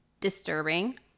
disturbing